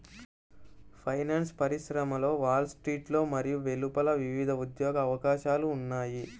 finance పరిశ్రమలో wall స్ట్రీట్లో మరియు వెలుపల వివిధ ఉద్యోగ అవకాశాలు ఉన్నాయి